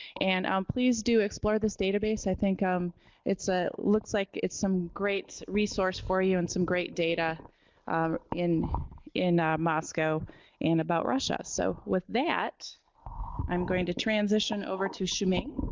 and um please do explore this database. i think um it ah looks like it's some great resource for you and some great data in in moscow and about russia. so with that i'm going to transition over to shuming